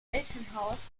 elternhaus